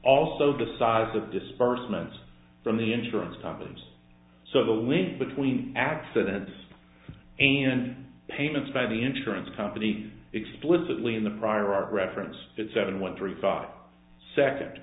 also the size of disbursements from the insurance companies so the link between accidents and payments by the insurance company explicitly in the prior art reference it seven